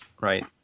right